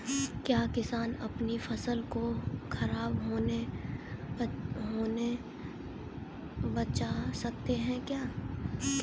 क्या किसान अपनी फसल को खराब होने बचा सकते हैं कैसे?